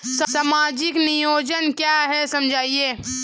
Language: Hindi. सामाजिक नियोजन क्या है समझाइए?